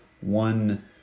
one